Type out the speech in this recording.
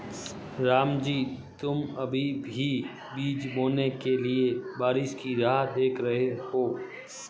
रामजी तुम अभी भी बीज बोने के लिए बारिश की राह देख रहे हो?